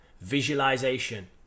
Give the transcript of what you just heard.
visualization